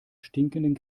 stinkenden